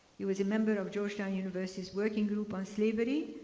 he was a member of georgetown university's working group on slavery,